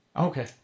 Okay